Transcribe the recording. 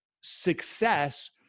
success